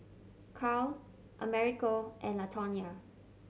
Karl Americo and Latonya